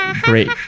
great